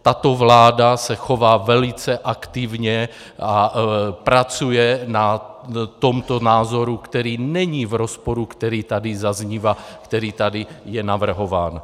Tato vláda se chová velice aktivně, pracuje na tomto názoru, který není v rozporu, který tady zaznívá, který tady je navrhován.